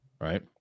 right